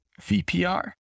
VPR